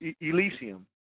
Elysium